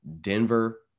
Denver